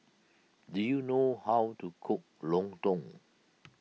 do you know how to cook Lontong